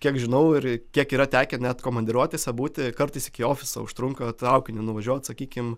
kiek žinau ir kiek yra tekę net komandiruotėse būti kartais iki ofiso užtrunka traukiniu nuvažiuot sakykim